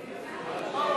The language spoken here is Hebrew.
34,